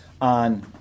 on